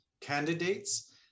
candidates